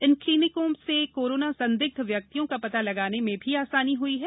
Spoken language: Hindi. इन क्लिनिकों से कोरोना संदिग्ध व्यक्तियों का पता लगाने में भी आसानी हुई है